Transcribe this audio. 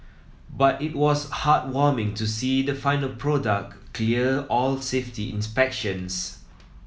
but it was heartwarming to see the final product clear all safety inspections